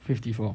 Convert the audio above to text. fifty four